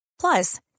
Plus